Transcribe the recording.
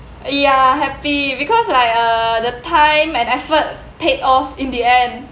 ya happy because like uh the time and efforts paid off in the end